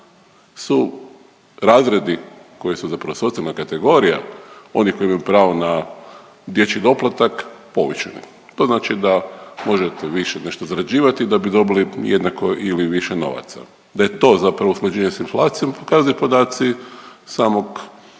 su razredi koji su zapravo socijalna kategorija, oni koji imaju pravo na dječji doplatak povećani. To znači da možete nešto više zarađivati da bi dobili jednako ili više novaca, da je to zapravo usklađenje s inflacijom pokazuju podaci samog